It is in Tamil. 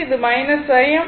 இது Im